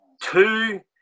two